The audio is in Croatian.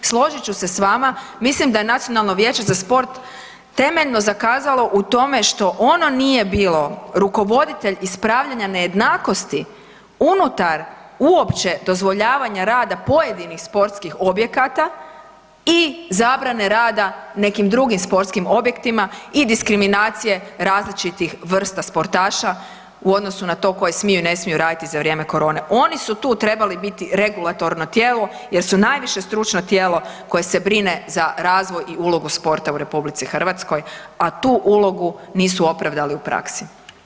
Složit ću se s vama, mislim da je Nacionalno vijeće za sport temeljeno zakazalo u tome što ono nije bilo rukovoditelj ispravljanje nejednakosti unutar uopće dozvoljavanja rada pojedinih sportskih objekata i zabrane rada nekim drugim sportskim objektima i diskriminacije različitih vrsta sportaša u odnosu na to koje smiju i ne smiju raditi za vrijeme korone, oni su tu trebali biti regulatorno tijelo jer su najviše stručno tijelo koje se brine za razvoj i ulogu sporta u RH, a tu ulogu nisu opravdali u praksi.